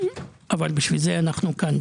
אבל בשביל זה אנחנו כאן.